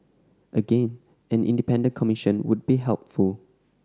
again an independent commission would be helpful